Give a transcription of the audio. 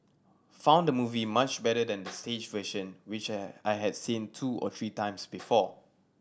found the movie much better than the stage version which I had seen two or three times before